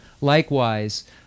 Likewise